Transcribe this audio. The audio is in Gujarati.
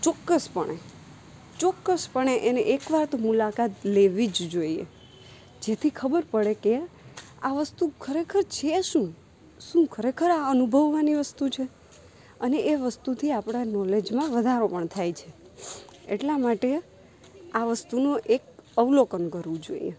ચોક્કસપણે ચોક્કસપણે એને એક વાર તો મુલાકાત લેવી જ જોઈએ જેથી ખબર પડે કે આ વસ્તુ ખરેખર છે શું શું ખરેખર આ અનુભવવાની વસ્તુ છે અને એ વસ્તુથી આપણા નૉલેજમાં વધારો પણ થાય છે એટલા માટે આ વસ્તુનો એક અવલોકન કરવું જોઈએ